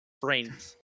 brains